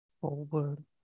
Forward